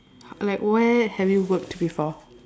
like where have you worked before